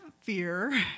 fear